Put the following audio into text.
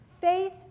Faith